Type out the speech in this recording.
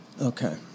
Okay